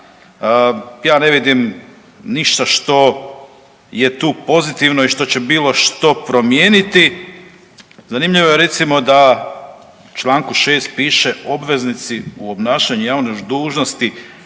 ja ne vidim ništa što je tu pozitivno i što će bilo što promijeniti. Zanimljivo je, recimo, da u čl. 6 piše obveznici u obnašanju javne dužnosti